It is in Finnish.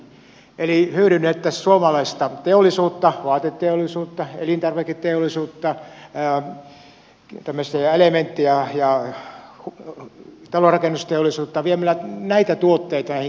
eli hyödynnettäisiin suomalaista teollisuutta vaateteollisuutta elintarviketeollisuutta tämmöistä elementti ja talonrakennusteollisuutta viemällä näitä tuotteita näihin kehitysmaihin